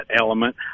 element